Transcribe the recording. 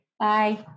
Bye